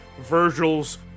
Virgil's